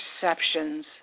perceptions